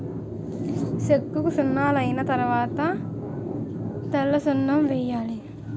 సెక్కసున్నలైన తరవాత తెల్లసున్నం వేసేయాలి